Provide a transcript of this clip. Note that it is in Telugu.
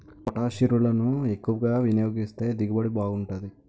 పొటాషిరులను ఎక్కువ వినియోగిస్తే దిగుబడి బాగుంటాది